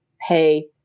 pay